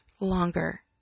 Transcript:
longer